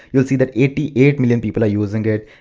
you'll see that eighty eight million people are using it.